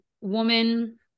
woman